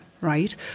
right